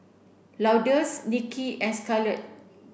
Lourdes Nikki and Scarlet